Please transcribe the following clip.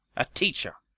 a teacher!